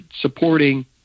supporting